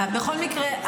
בכל מקרה,